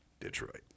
Detroit